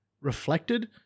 reflected